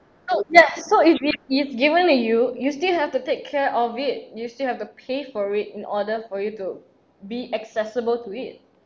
so ya so if if if given that you you still have to take care of it you still have to pay for it in order for you to be accessible to it